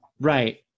Right